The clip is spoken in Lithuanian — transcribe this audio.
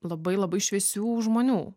labai labai šviesių žmonių